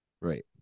Right